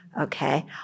Okay